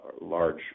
large